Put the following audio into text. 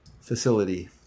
facility